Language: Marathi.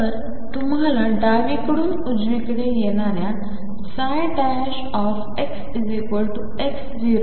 तर तुम्हाला डावीकडून उजवीकडून येणाऱ्या xx0 च्या बरोबरीचे असावे